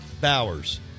Bowers